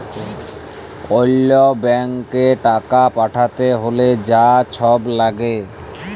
অল্য ব্যাংকে টাকা পাঠ্যাতে হ্যলে যা ছব ল্যাগে